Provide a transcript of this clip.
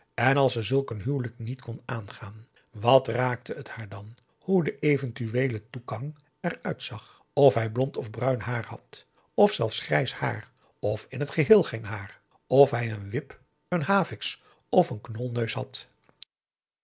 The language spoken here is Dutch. en als ze zulk een huwelijk niet kon aangaan wat raakte het haar dan hoe de eventueele t o e k a n g er uitzag of hij blond of bruin haar had of zelfs grijs haar of in t geheel geen haar of hij een wip een haviks of een knolneus had